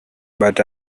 but